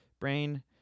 brain